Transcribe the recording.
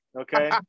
okay